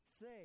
Say